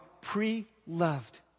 pre-loved